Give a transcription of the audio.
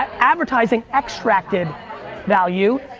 advertising extracted value,